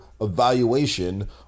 evaluation